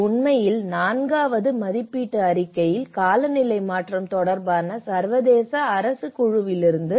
இது உண்மையில் நான்காவது மதிப்பீட்டு அறிக்கையில் காலநிலை மாற்றம் தொடர்பான சர்வதேச அரசு குழுவிலிருந்து